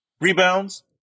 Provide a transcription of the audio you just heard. Rebounds